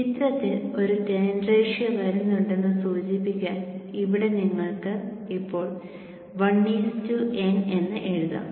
ചിത്രത്തിൽ ഒരു turns ratio വരുന്നുണ്ടെന്ന് സൂചിപ്പിക്കാൻ ഇവിടെ നിങ്ങൾക്ക് ഇപ്പോൾ 1N എന്ന് എഴുതാം